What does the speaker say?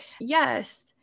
yes